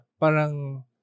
parang